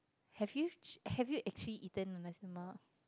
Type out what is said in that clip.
have you have you actually eaten your nasi-lemak